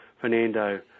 Fernando